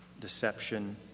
deception